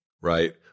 Right